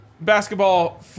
basketball